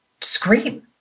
scream